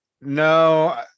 No